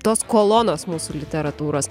tos kolonos mūsų literatūros